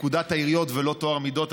פקודת העיריות, ולא טוהר מידות.